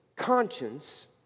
conscience